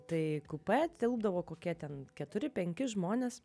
tai kupė tilpdavo kokie ten keturi penki žmonės